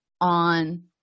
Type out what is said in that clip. on